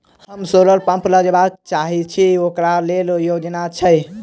हम solar pump लगाबै चाहय छी ओकरा लेल योजना हय?